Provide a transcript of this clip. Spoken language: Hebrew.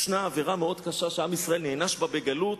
יש עבירה מאוד קשה שעם ישראל נענש בה בגלות: